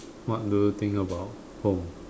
what do you think about home